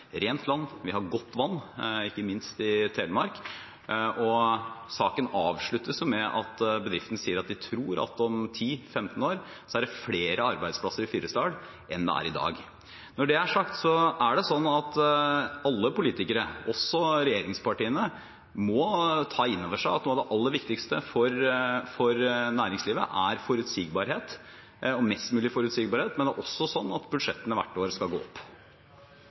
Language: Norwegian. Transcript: rent land – vi har godt vann, ikke minst i Telemark. Saken avsluttes med at bedriften sier at de tror at om 10–15 år er det flere arbeidsplasser i Fyresdal enn det er i dag. Når det er sagt, er det sånn at alle politikere, også regjeringspartiene, må ta inn over seg at noe av det aller viktigste for næringslivet er forutsigbarhet – og mest mulig forutsigbarhet – men det er også sånn at budsjettene hvert år skal gå opp.